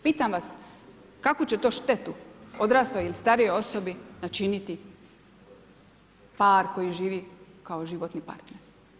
Pitam vas, kakvu će to štetu odrasloj ili starijoj osobi načiniti par koji živi kao životni partner?